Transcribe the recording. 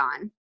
on